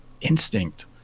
instinct